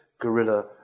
guerrilla